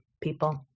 people